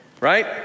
right